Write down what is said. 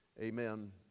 Amen